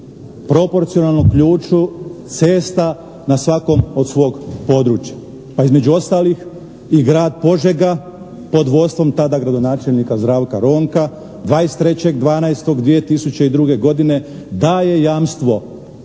proporcionalnu ključu, cesta na svakom od svog područja. Pa između ostalih i Grad Požega pod vodstvom tada gradonačelnika Zdravka Ronka, 23.12.2002. godine daje jamstvo